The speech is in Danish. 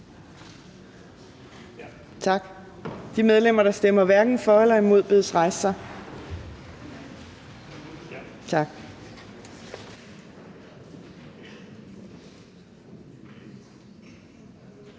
Tak. De medlemmer, der stemmer hverken for eller imod, bedes rejse sig. Tak.